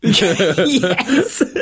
Yes